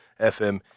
FM